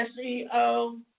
SEO